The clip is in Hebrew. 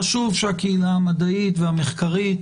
חשוב שהקהילה המדעית והמחקרית